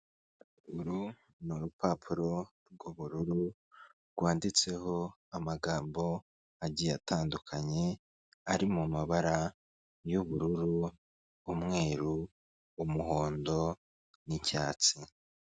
Uru ni urupapuro rw'ubururu rwanditseho amagambo agiye atandukanye ari mu mabara y'ubururu, umweru, umuhondo, n'icyatsi.